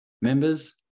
members